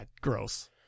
Gross